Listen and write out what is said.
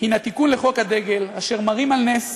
הנה תיקון לחוק הדגל, אשר מרים על נס